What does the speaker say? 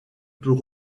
peut